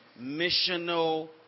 missional